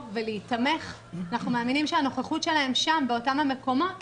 ולהיתמך אנחנו מאמינים שהנוכחות שלהם שם באותם המקומות